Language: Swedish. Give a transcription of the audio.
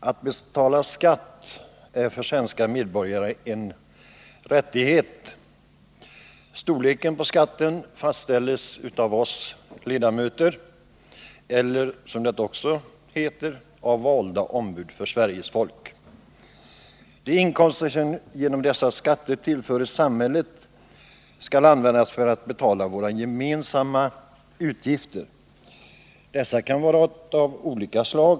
Herr talman! Att betala skatt är för svenska medborgare en rättighet. Storleken på skatten fastställs av oss ledamöter eller, som det också heter, av valda ombud för Sveriges folk. De inkomster som genom dessa skatter tillförs samhället skall användas för att betala våra gemensamma utgifter. Dessa kan vara av olika slag.